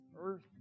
earth